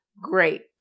Great